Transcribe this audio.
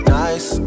nice